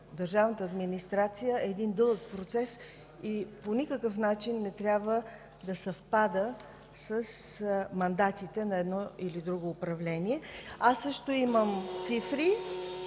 държавната администрация е един дълъг процес и по никакъв начин не трябва да съвпада с мандатите на едно или друго управление. Аз също имам цифри,